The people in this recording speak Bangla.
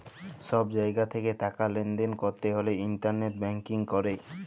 ছব জায়গা থ্যাকে টাকা লেলদেল ক্যরতে হ্যলে ইলটারলেট ব্যাংকিং ক্যরে